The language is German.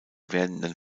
werdenden